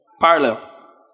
Parallel